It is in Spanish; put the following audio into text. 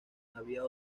había